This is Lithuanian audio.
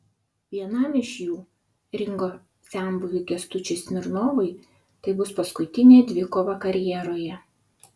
vienam iš jų ringo senbuviui kęstučiui smirnovui tai bus paskutinė dvikova karjeroje